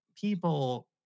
people